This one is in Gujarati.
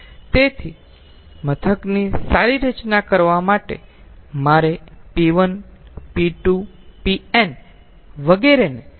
તેથી મથકની સારી રચના માટે મારે p1 p2 pn વગેરેને કેવી રીતે નક્કી કરવું જોઈએ